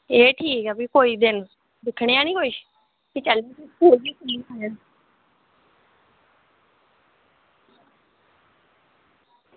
एह् ठीक ऐ भी कोई दिक्खना आं नी भी चलने आं